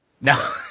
No